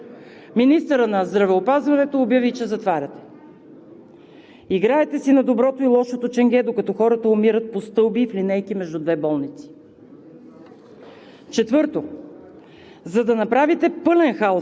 Само половин час по-късно в 17,00 ч. министърът на здравеопазването обяви, че затваряте! Играете си на доброто и лошото ченге, докато хората умират по стълби и в линейки между две болници!